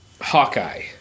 Hawkeye